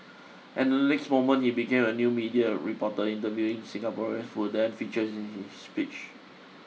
and the next moment he became a new media reporter interviewing Singaporean who then features in his speech